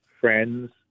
friends